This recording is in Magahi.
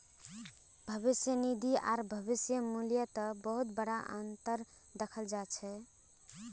भविष्य निधि आर भविष्य मूल्यत बहुत बडा अनतर दखाल जा छ